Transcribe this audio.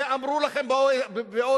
זה אמרו לכם ב-OECD,